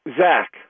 Zach